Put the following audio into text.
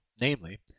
namely